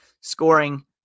scoring